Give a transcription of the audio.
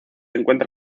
encuentra